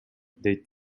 дейт